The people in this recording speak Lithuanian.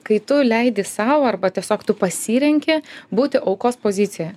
kai tu leidi sau arba tiesiog tu pasirenki būti aukos pozicioe